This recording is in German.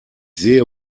sehe